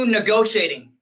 negotiating